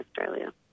Australia